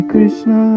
Krishna